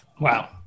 Wow